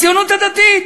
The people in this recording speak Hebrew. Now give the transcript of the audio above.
הציונות הדתית.